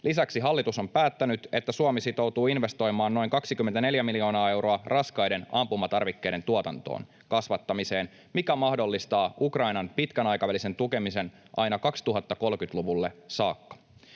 Lisäksi hallitus on päättänyt, että Suomi sitoutuu investoimaan noin 24 miljoonaa euroa raskaiden ampumatarvikkeiden tuotannon kasvattamiseen, mikä mahdollistaa Ukrainan pitkän aikavälin tukemisen aina 2030-luvulle saakka.